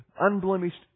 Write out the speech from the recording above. unblemished